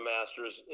Masters